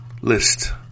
list